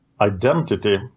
identity